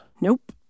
Nope